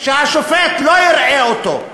שהשופט לא יראה אותו.